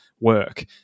work